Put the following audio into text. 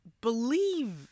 believe